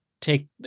take